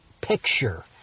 picture